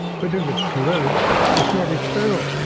but if it corrodes, it's not eternal.